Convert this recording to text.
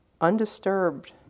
undisturbed